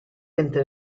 entre